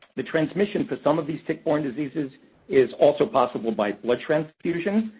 the transmission for some of these tick-borne diseases is also possible by blood transfusion.